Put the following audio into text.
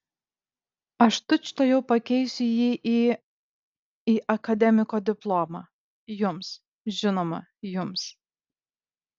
aš tučtuojau pakeisiu jį į į akademiko diplomą jums žinoma jums